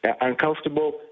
uncomfortable